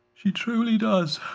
she truly does.